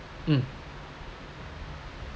mm